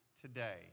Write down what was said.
today